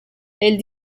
elle